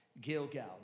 Gilgal